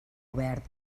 obert